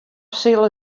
sille